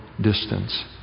distance